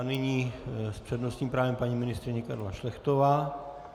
Nyní s přednostním právem paní ministryně Karla Šlechtová.